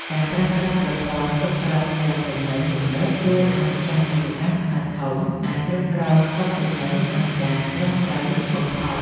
ការប្រើប្រាស់ប្រព័ន្ធគ្រប់គ្រងឃ្លាំងទំនិញទំនើបជួយឱ្យម្ចាស់អាជីវកម្មខ្នាតធំអាចគ្រប់គ្រងស្តុកទំនិញបានយ៉ាងត្រឹមត្រូវបំផុត។